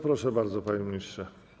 Proszę bardzo, panie ministrze.